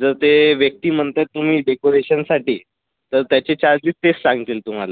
जर ते व्यक्ती म्हणतात तुम्ही डेकोरेशनसाठी तर त्याचे चार्जेस तेच सांगतील तुमाला